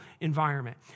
environment